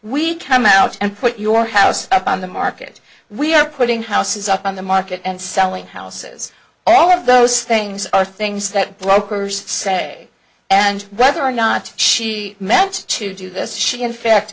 we come out and put your house up on the market we are putting houses up on the market and selling houses all of those things are things that brokers say and whether or not she meant to do this she in fact